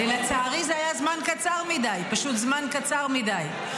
לצערי זה היה לזמן קצר מדי, פשוט זמן קצר מדי.